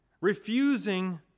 refusing